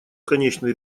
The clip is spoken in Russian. конечный